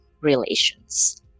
relations